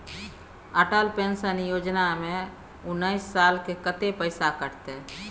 Atal pension योजना में उनैस साल के कत्ते पैसा कटते?